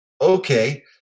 okay